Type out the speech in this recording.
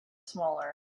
smaller